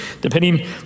Depending